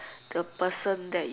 the person that